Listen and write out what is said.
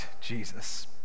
Jesus